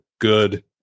good